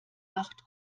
acht